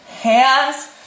Hands